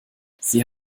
sie